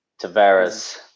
Tavares